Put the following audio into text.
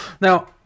Now